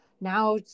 now